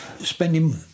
spending